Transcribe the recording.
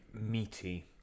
meaty